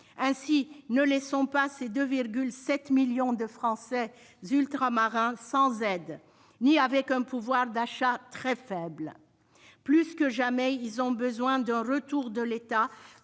publics. Ne laissons pas les 2,7 millions de Français ultramarins sans aides, avec un pouvoir d'achat très faible. Plus que jamais, ils ont besoin d'un retour de l'État